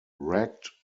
ragged